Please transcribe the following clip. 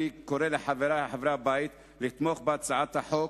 אני קורא לחברי חברי הבית לתמוך בהצעת החוק.